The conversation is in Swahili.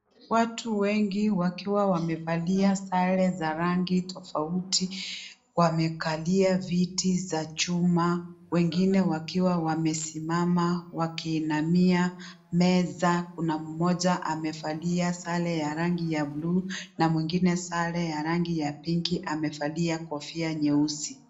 Watu wengi wakiwa wamevalia sare za rangi tofauti. Wamekalia viti za chuma, wengine wakiwa wamesimama, wakiinamia meza. Kuna mmoja amevalia sare ya rangi ya buluu na mwingine sare ya rangi ya pinki, amevalia kofia nyeusi.